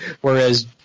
Whereas